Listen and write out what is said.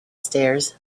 stairs